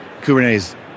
Kubernetes